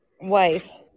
wife